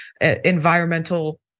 environmental